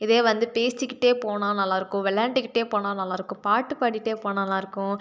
இதே வந்து பேசிக்கிட்டு போனால் நல்லாயிருக்கும் விளாண்டுக்கிட்டே போனால் நல்லாயிருக்கும் பாட்டு பாடிகிட்டே போனால் நல்லாயிருக்கும்